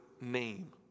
name